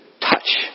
touch